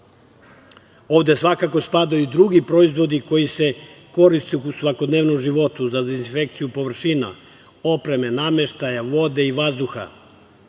Ovde svakako spadaju i drugi proizvodi koji se koriste u svakodnevnom životu - za dezinfekciju površina, opreme, nameštaja, vode i vazduha.